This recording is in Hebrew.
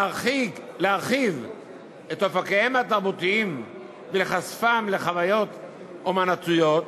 להרחיב את אופקיהם התרבותיים ולחושפם לחוויות אמנותיות,